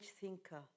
thinker